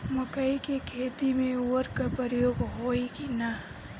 मकई के खेती में उर्वरक के प्रयोग होई की ना?